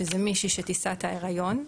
שזו מישהי שתישא את ההיריון.